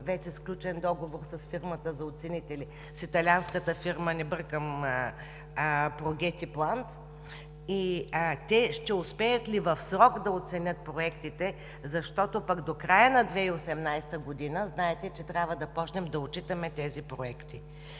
вече сключен договор с фирмата за оценители с италианската фирма, не бъркам „Прогети Плант“ и те ще успеят ли в срок да оценят проектите, защото пък до края на 2018 г., знаете, че трябва да почнем да отчитаме тези проекти.